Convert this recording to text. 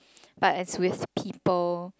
but as with people